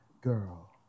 Girl